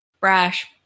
brash